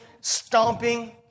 stomping